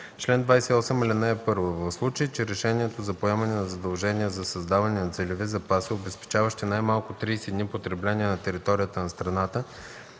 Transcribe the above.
„Чл. 28. (1) В случай че решението за поемане на задължение за създаване на целеви запаси, обезпечаващи най-малко 30 дни потребление на територията на страната,